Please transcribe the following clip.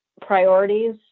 priorities